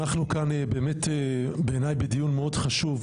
אנחנו כאן באמת בעיניי בדיון מאוד חשוב,